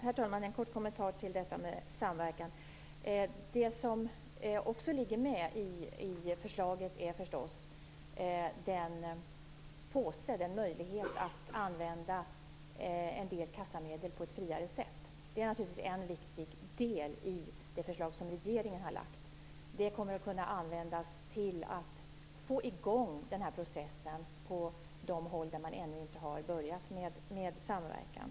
Herr talman! En kort kommentar om samverkan. I förslaget ligger förstås också en påse, en möjlighet, att använda en del kassamedel på ett friare sätt. Det är en viktig del i det förslag som regeringen har lagt fram och det kommer att kunna användas till att få i gång processen på de håll där man ännu inte har börjat med samverkan.